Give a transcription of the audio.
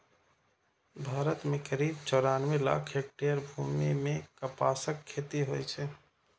भारत मे करीब चौरानबे लाख हेक्टेयर भूमि मे कपासक खेती होइ छै